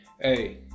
Hey